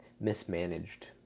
mismanaged